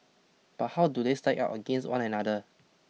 but how do they stack up against one another